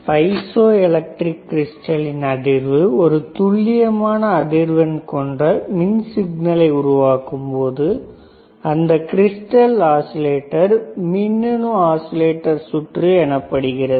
பைசா எலெக்ட்ரிக்கிரிஸ்டலின் அதிர்வு ஒரு துல்லியமான அதிர்வெண் கொண்ட மின் சிக்னலை உருவாக்கும்போது அந்த கிரிஸ்டல் ஆஸிலேட்டர் மின்னணு ஆஸிலேட்டர் சுற்று எனப்படுகிறது